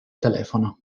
telefono